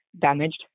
damaged